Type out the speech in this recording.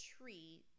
tree